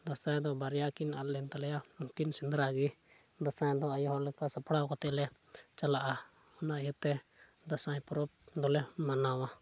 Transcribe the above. ᱫᱟᱸᱥᱟᱭ ᱫᱚ ᱵᱟᱨᱭᱟ ᱠᱤᱱ ᱟᱫ ᱞᱮᱱ ᱛᱟᱞᱮᱭᱟ ᱩᱱᱠᱤᱱ ᱥᱮᱸᱫᱽᱨᱟ ᱜᱮ ᱫᱟᱸᱥᱟᱭ ᱫᱚ ᱟᱭᱳ ᱦᱚᱲ ᱞᱮᱠᱟ ᱥᱟᱯᱲᱟᱣ ᱠᱟᱛᱮ ᱞᱮ ᱪᱟᱞᱟᱜᱼᱟ ᱚᱱᱟ ᱤᱭᱟᱹᱛᱮ ᱫᱟᱸᱥᱟᱭ ᱯᱚᱨᱚᱵᱽ ᱫᱚᱞᱮ ᱢᱟᱱᱟᱣᱟ